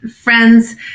friends